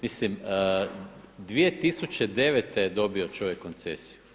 Mislim 2009. je dobio čovjek koncesiju.